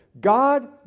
God